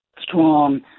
strong